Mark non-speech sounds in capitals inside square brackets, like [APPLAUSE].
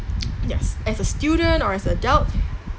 [NOISE] yes as a student or as an adult